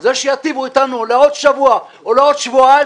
זה שייטיבו אתנו לעוד שבוע או לעוד שבועיים,